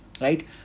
right